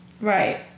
Right